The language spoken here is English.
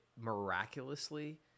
miraculously